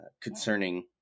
concerning